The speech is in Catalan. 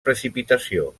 precipitació